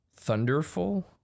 Thunderful